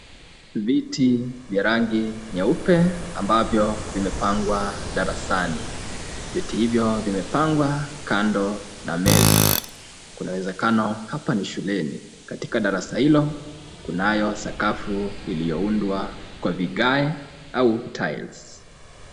Viti vya rangi nyeupe ambavyo vimepangwa darasani, viti hivyo vimapangwa kando na meza, kunauwezekano hapa ni shuleni katika darasa hilo kunayosakafu iliyoundwa Kwa vigae au tiles .